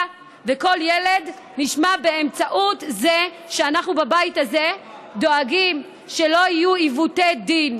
וכל ילד נשמע באמצעות זה שאנחנו בבית הזה דואגים שלא יהיו עיוותי דין.